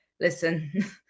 listen